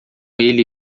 ele